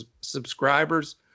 subscribers